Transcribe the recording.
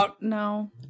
no